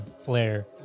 flare